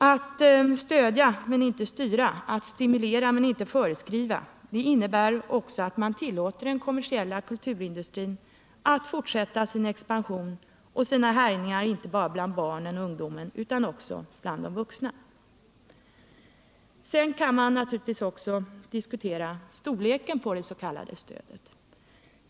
Att stödja men inte styra — att stimulera men inte föreskriva — innebär också att man tillåter den kommersiella kulturindustrin att fortsätta sin expansion och sina härjningar bland inte bara barnen och ungdomen utan också de vuxna. Sedan kan man naturligtvis också diskutera storleken av det s.k. stödet.